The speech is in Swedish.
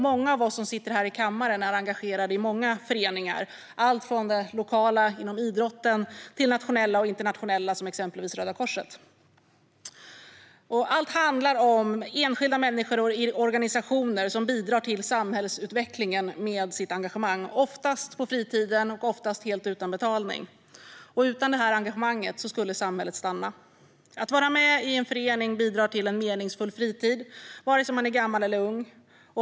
Många av oss som sitter här i kammaren är engagerade i många föreningar inom allt från det lokala, såsom idrotten, till det nationella och internationella, som exempelvis Röda Korset. Allt handlar om enskilda människor och organisationer som bidrar till samhällsutvecklingen med sitt engagemang, oftast på fritiden och oftast helt utan betalning. Utan det här engagemanget skulle samhället stanna. Att vara med i en förening bidrar till en meningsfull fritid, vare sig man är gammal eller ung.